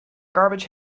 garbage